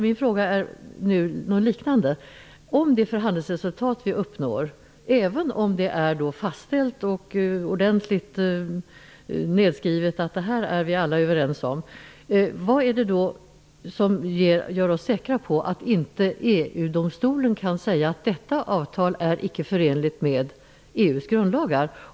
Min fråga är nu: Om vi uppnår ett förhandlingsresultat, även om det är fastställt och ordentligt nedskrivet att vi alla är överens om detta, vad är det då som garanterar att inte EU-domstolen kan säga att detta avtal inte är förenligt med EU:s grundlagar?